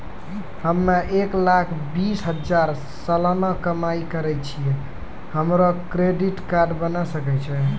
हम्मय एक लाख बीस हजार सलाना कमाई करे छियै, हमरो क्रेडिट कार्ड बने सकय छै?